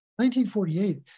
1948